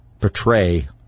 portray